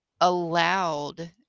allowed